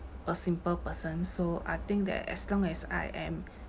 a simple person so I think that as long as I am